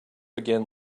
again